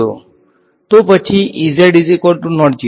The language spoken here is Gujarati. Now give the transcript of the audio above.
તો પછી